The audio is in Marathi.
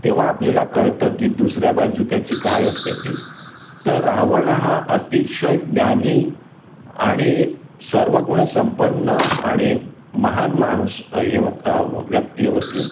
तेव्हा आपल्याला कळतं की दुसऱ्या बाजू त्याची काय असते ती तर रावण हा अतिशय ज्ञानी आणि सर्व गुणसंपन्न आणि महान माणूस हे हो व्यक्ती होती